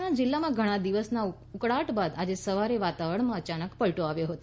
મહેસાણા જિલ્લામાં ઘણા દિવસના ઉકળાટ બાદ આજે સવારે વાતાવરણમાં અયાનક પલટો આવ્યો હતો